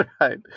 Right